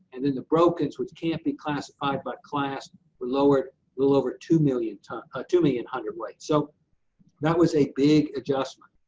and then the brokens, which can't be classified by class, were lowered a little over two million tons, ah two million hundredweight. so that was a big adjustment.